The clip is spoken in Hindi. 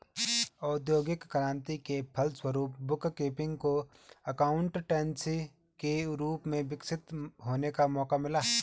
औद्योगिक क्रांति के फलस्वरूप बुक कीपिंग को एकाउंटेंसी के रूप में विकसित होने का मौका मिला